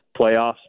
playoffs